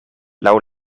laŭ